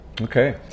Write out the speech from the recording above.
Okay